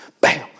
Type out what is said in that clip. bam